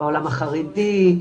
בעולם החרדי,